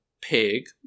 pig